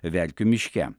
verkių miške